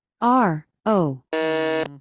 R-O